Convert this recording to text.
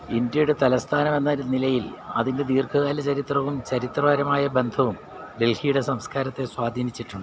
ഇന്ത്യയുടെ തലസ്ഥാനമെന്ന നിലയിൽ അതിൻ്റെ ദീർഘകാല ചരിത്രവും ചരിത്രപരമായ ബന്ധവും ഡൽഹിയുടെ സംസ്കാരത്തെ സ്വാധീനിച്ചിട്ടുണ്ട്